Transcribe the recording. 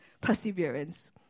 perseverance